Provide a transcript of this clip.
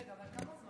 רגע, אבל כמה זמן?